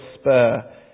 spur